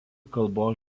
kalbos